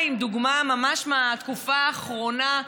דוגמה ממש מהתקופה האחרונה,